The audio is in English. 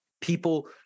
People